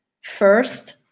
first